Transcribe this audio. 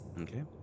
Okay